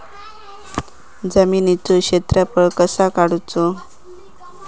जमिनीचो क्षेत्रफळ कसा काढुचा?